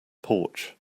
porch